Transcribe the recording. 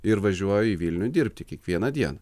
ir važiuoju į vilnių dirbti kiekvieną dieną